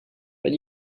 but